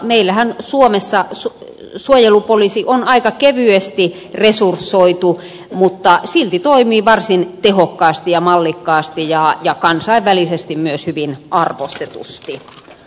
meillähän suomessa suojelupoliisi on aika kevyesti resursoitu mutta silti se toimii varsin tehokkaasti ja mallikkaasti ja myös kansainvälisesti hyvin arvostetusti